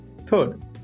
Third